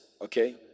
Okay